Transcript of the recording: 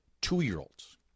two-year-olds